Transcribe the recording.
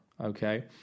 Okay